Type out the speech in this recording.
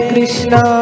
Krishna